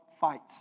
fights